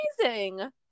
amazing